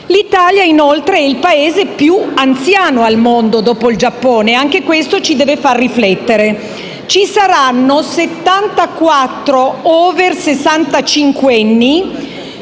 L'Italia, inoltre, è il Paese più anziano al mondo, dopo il Giappone, e anche questo ci deve far riflettere. Ci saranno 74 over